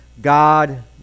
God